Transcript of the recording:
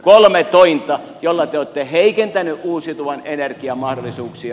kolme tointa joilla te olette heikentänyt uusiutuvan energian mahdollisuuksia